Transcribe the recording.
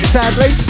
sadly